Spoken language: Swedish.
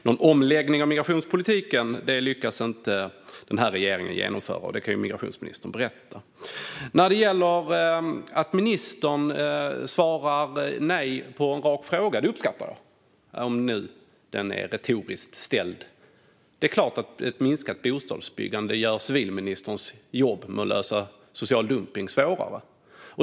Någon omläggning av migrationspolitiken lyckas alltså inte denna regering genomföra, och det kan migrationsministern berätta. Jag uppskattar att ministern svarar nej på en rak fråga, även om den är retoriskt ställd. Det är klart att ett minskat bostadsbyggande gör civilministerns jobb med att lösa problemet med social dumpning svårare.